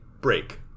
break